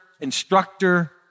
instructor